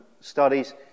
studies